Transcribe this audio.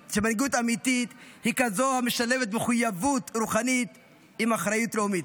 אמיתית היא כזאת המשלבת מחויבות רוחנית עם אחריות לאומית.